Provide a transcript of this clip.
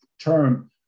term